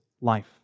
life